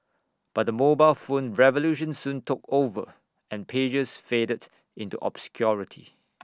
but the mobile phone revolution soon took over and pagers faded into obscurity